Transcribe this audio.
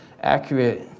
accurate